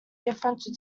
difference